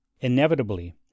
inevitably